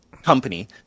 company